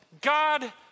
God